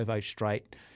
Strait